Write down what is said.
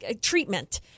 treatment